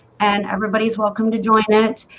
and everybody's welcome to join it.